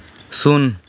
ᱥᱩᱱ